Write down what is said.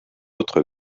autre